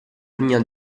linea